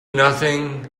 nothing